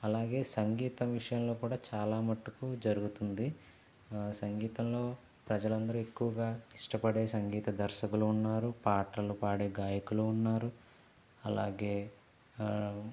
అలాగే సంగీతం విషయంలో కూడా చాలా మట్టుకు జరుగుతుంది సంగీతంలో ప్రజలందరూ ఎక్కువగా ఇష్టపడే సంగీత దర్శకులు ఉన్నారు పాటలు పాడే గాయకులూ ఉన్నారు అలాగే